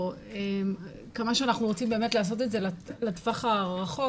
כמה שאנחנו רוצים לעשות את זה לטווח הרחוק,